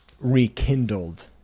rekindled